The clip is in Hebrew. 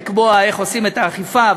לקבוע איך עושים את האכיפה,